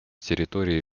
территорий